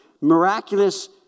miraculous